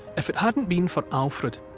if it hadn't been for alfred,